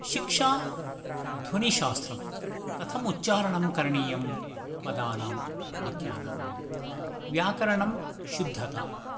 शिक्षा ध्वनिशास्त्रं कथमुच्चारणं करणीयं पदानां वाक्यानां व्याकरणं शुद्धता